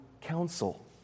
counsel